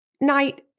night